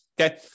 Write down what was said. Okay